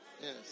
Yes